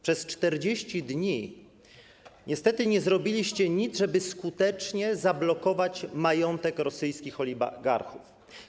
Przez 40 dni niestety nie zrobiliście nic, żeby skutecznie zablokować majątek rosyjskich oligarchów.